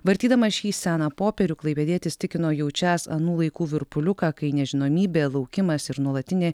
vartydamas šį seną popierių klaipėdietis tikino jaučiąs anų laikų virpuliuką kai nežinomybė laukimas ir nuolatinė